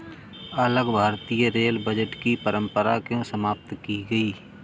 अलग भारतीय रेल बजट की परंपरा क्यों समाप्त की गई?